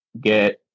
get